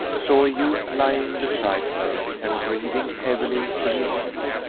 saw a youth lying beside her and breathing heavily in his sleep,